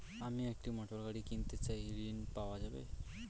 আমি একটি মোটরগাড়ি কিনতে চাই ঝণ পাওয়া যাবে?